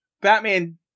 Batman